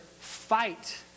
fight